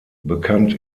bekannt